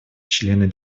члены